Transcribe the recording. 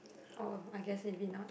oh I guess maybe not